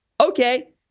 okay